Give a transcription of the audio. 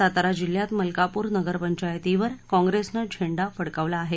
सातारा जिल्ह्यात मलकापूर नगरपंचायतीवर काँप्रेसनं झेंडा फडकावला आहे